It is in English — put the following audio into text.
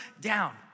down